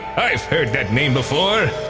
i've heard that name before.